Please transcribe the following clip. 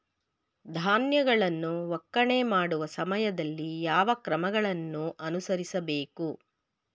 ಧಾನ್ಯಗಳನ್ನು ಒಕ್ಕಣೆ ಮಾಡುವ ಸಮಯದಲ್ಲಿ ಯಾವ ಕ್ರಮಗಳನ್ನು ಅನುಸರಿಸಬೇಕು?